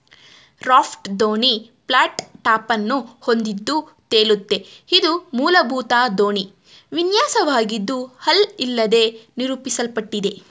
raft ದೋಣಿ flat ಟಾಪನ್ನು ಹೊಂದಿದ್ದು ತೇಲುತ್ತೆ ಇದು ಮೂಲಭೂತ ದೋಣಿ ವಿನ್ಯಾಸವಾಗಿದ್ದು ಹಲ್ ಇಲ್ಲದೇ ನಿರೂಪಿಸಲ್ಪಟ್ಟಿದೆ